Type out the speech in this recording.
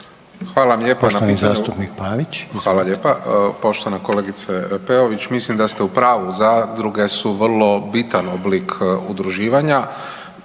Hvala lijepa. Poštovana kolegice Peović, mislim da ste u pravu. Zadruge su vrlo bitan oblik udruživanja,